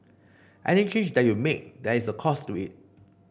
any change that you make there is a cost to it